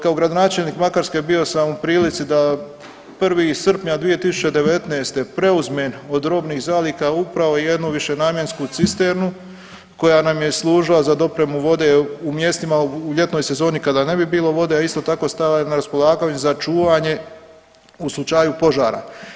Kao gradonačelnik Makarske bio sam u prilici da 1. srpnja 2019. preuzmem od robnih zaliha upravo jednu višenamjensku cisternu koja nam je služila za dopremu vode u mjestima u ljetnoj sezoni kada ne bi bilo vode, a isto tako stajala je na raspolaganju za čuvanje u slučaju požara.